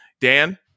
Dan